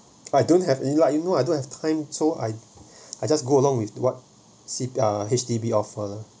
I don't have any like you know I don't have time so I I just go along with what H_D_B offer